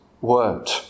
word